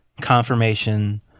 confirmation